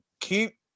keep